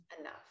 enough